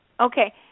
Okay